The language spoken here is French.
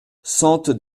sente